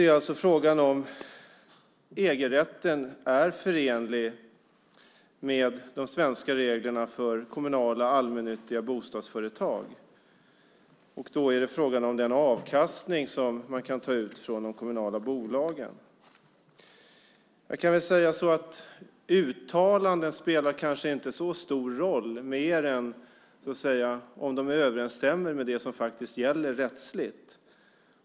Frågan är om EG-rätten är förenlig med de svenska reglerna för kommunala allmännyttiga bostadsföretag. Frågan gäller också om det är en avkastning som man kan ta ut från de kommunala bolagen. Uttalanden kanske inte spelar så stor roll mer än om de överensstämmer med det som faktiskt gäller rättsligt.